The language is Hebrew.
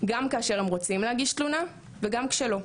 גם כאשר הם רוצים להגיש תלונה וגם כשלא.